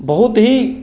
बहुत ही